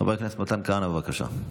חבר הכנסת מתן כהנא, בבקשה.